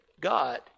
God